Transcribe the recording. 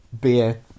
beer